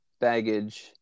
baggage